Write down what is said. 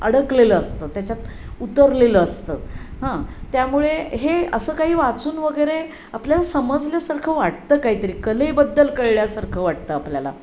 अडकलेलं असतं त्याच्यात उतरलेलं असतं हां त्यामुळे हे असं काही वाचून वगैरे आपल्याला समजल्यासारखं वाटतं काही तरी कलेबद्दल कळल्यासारखं वाटतं आपल्याला